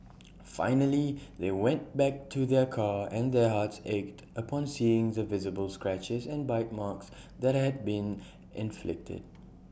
finally they went back to their car and their hearts ached upon seeing the visible scratches and bite marks that had been inflicted